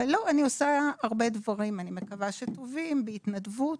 אני עושה הרבה דברים, אני מקווה שטובים, בהתנדבות.